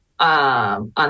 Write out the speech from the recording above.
On